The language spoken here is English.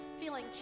feeling